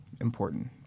important